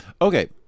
Okay